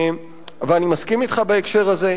ואני מסכים אתך בהקשר הזה,